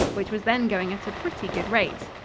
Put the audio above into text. which was then going at a pretty good rate.